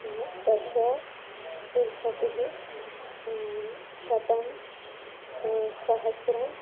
उ दश विंशतिः शतं सहस्रं